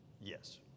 Yes